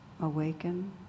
awaken